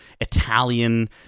Italian